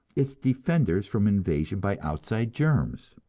its defenders from invasion by outside germs.